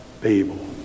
Babel